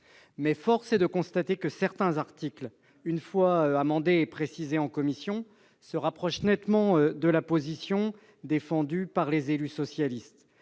force est de constater que certains de ses articles, une fois amendés et précisés en commission, se rapprochent nettement de la position défendue par les élus socialistes.